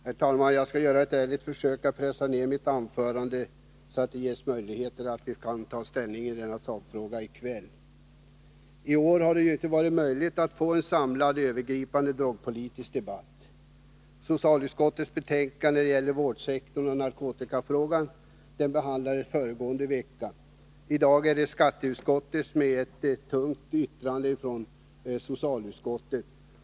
Herr talman! Jag skall göra ett ärligt försök att pressa ned tiden för mitt anförande, så att det ges möjlighet för oss att ta ställning i denna sakfråga i kväll. I år har det inte varit möjligt att få en samlad och övergripande drogpolitisk debatt. Socialutskottets betänkande beträffande vårdsektorn och narkotikafrågan behandlades föregående vecka. I dag är det skatteutskottets betänkande med ett tungt yttrande från socialutskottet.